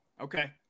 Okay